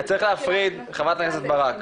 חברת הכנסת ברק,